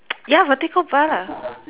ya vertical bar lah